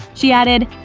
she added,